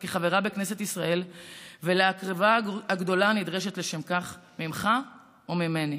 בכנסת ישראל ולהקרבה הגדולה הנדרשת לשם כך ממך וממני.